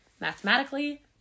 mathematically